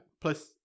plus